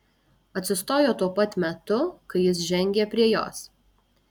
atsistojo tuo pat metu kai jis žengė prie jos